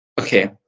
okay